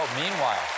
meanwhile